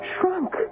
shrunk